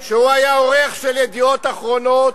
עורך של "ידיעות אחרונות",